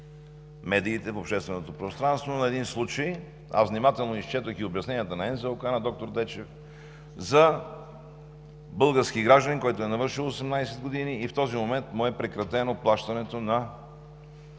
медиите, в общественото пространство на един случай, аз внимателно изчетох и обясненията на НЗОК, на доктор Дечев, за български гражданин, който е навършил 18 години и в този момент му е прекратено плащането на